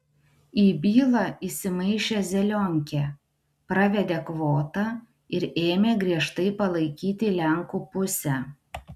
į bylą įsimaišė zelionkė pravedė kvotą ir ėmė griežtai palaikyti lenkų pusę